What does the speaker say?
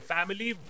Family